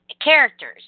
characters